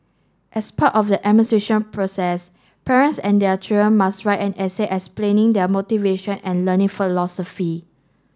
as part of the admission process parents and their children must write an essay explaining their motivation and learning philosophy